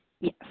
yes